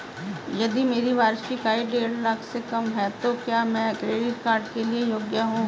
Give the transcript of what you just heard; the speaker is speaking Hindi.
यदि मेरी वार्षिक आय देढ़ लाख से कम है तो क्या मैं क्रेडिट कार्ड के लिए योग्य हूँ?